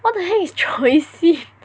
what the heck is choicy